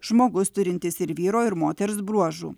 žmogus turintis ir vyro ir moters bruožų